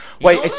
Wait